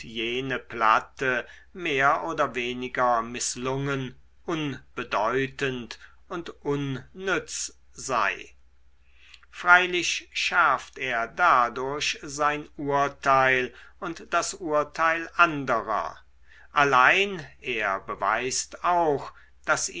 jene platte mehr oder weniger mißlungen unbedeutend und unnütz sei freilich schärft er dadurch sein urteil und das urteil anderer allein es beweist auch daß